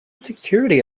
security